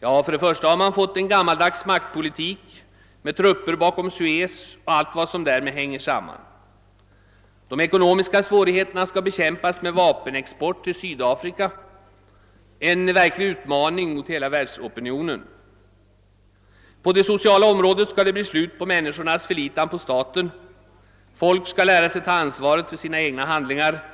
Man har fått en gammaldags maktpolitik med trupper bortom Suez och allt vad som därmed hänger samman. De ekonomiska svårigheterna skall bekämpas med vapenexport till Sydafrika — en verklig utmaning mot hela världsopinionen. På det sociala området skall det bli slut på människornas förlitan på staten. Folk skall lära sig ta ansvaret för sina egna handlingar.